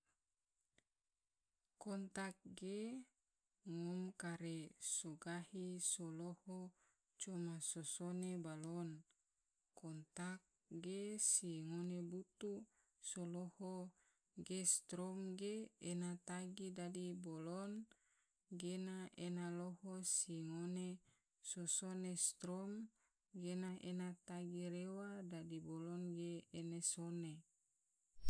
Kontak gena ge ngom kare so gahi so loho coma so sone balon, kontak ge si ngone butu so loho ge strom ge ena tagi dadi balon gena ena loho, si ngone so sone strom gena ena tagi rewa, dadi balon ge ena sone.